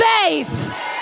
faith